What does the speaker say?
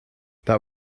that